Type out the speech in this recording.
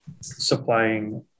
supplying